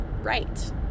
right